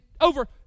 over